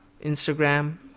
instagram